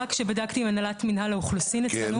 רק שבדקתי עם הנהלת מינהל האוכלוסין אצלנו,